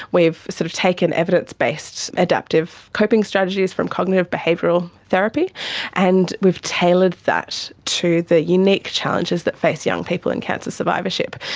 we've sort of taken evidence-based adaptive coping strategies from cognitive behavioural therapy and we've tailored that to the unique challenges that face young people in cancer survivorship.